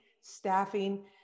staffing